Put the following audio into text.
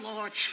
Lord